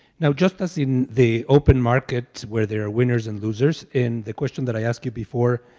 now, just as in the open market where there are winners and losers, in the question that i asked you before,